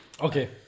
okay